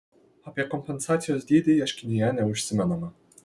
apie kompensacijos dydį ieškinyje neužsimenama